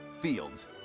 Fields